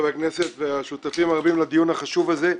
חברי הכנסת והשותפים הרבים לדיון החשוב הזה,